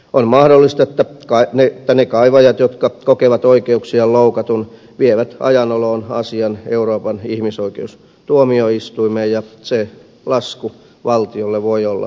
on mahdollista että ne kaivajat jotka kokevat oikeuksiaan loukatun vievät ajan oloon asian euroopan ihmisoikeustuomioistuimeen ja se lasku valtiolle voi olla aika kova